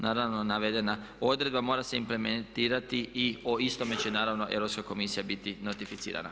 Naravno, navedena odredba mora se implementirati i o istome će naravno Europska komisija biti notificaran.